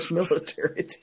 military